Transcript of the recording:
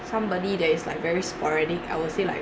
somebody that is like very sporadic I would say like